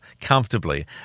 comfortably